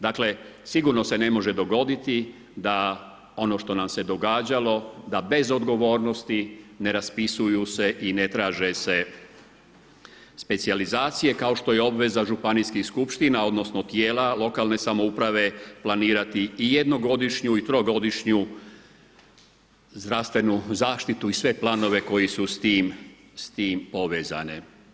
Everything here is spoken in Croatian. Dakle sigurno se ne može dogoditi, da ono što nam se događalo, da bez odgovornosti, ne raspisuje se i ne traže se specijalizacija kao što je obveza županijskih skupština, odnosno, tijela lokalne samouprave, planirati i jednogodišnju i trogodišnju zdravstvenu zaštitu i sve planove koji su s tim povezane.